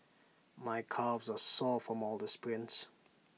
my calves are sore from all the sprints